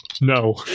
No